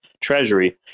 treasury